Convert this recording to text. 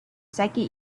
second